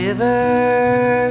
River